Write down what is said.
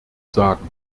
sagen